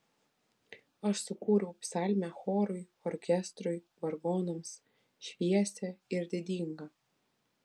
aš sukūriau psalmę chorui orkestrui vargonams šviesią ir didingą